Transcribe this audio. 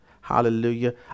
Hallelujah